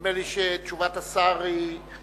נדמה לי שתשובת השר נכוחה.